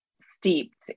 steeped